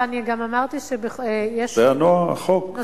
זה החוק, התקנון.